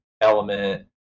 element